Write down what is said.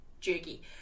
jerky